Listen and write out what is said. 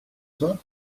soir